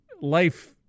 life